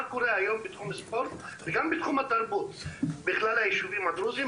מה קורה היום בתחום הספורט ובתחום התרבות בכלל היישובים הדרוזים.